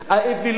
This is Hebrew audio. האווילות,